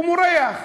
הוא מורח.